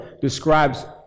describes